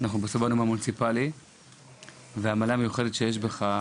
בסוף באנו מהמוניציפלי --- המיוחדת שיש בך,